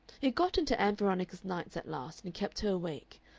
it got into ann veronica's nights at last and kept her awake,